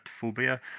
phobia